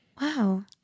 Wow